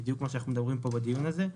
בדיוק מה שאנחנו מדברים פה בדיון הזה.